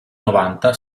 novanta